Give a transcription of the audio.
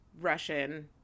Russian